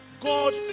God